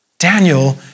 Daniel